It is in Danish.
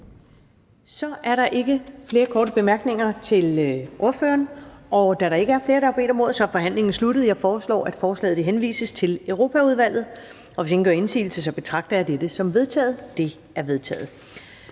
Så er der ikke flere korte bemærkninger til ordføreren. Da der ikke er flere, der har bedt om ordet, er forhandlingen sluttet. Jeg foreslår, at forslaget henvises til Europaudvalget. Hvis ingen gør indsigelse, betragter dette som vedtaget. Det er vedtaget.